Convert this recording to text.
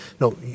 No